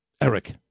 Eric